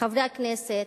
חברי הכנסת,